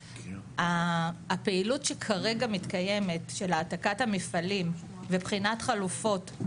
הפעילות שכרגע מתקיימת של העתקת המפעלים ובחינת חלופות,